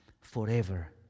forever